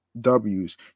w's